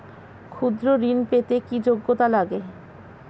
ক্ষুদ্র ঋণ পেতে কি যোগ্যতা লাগে?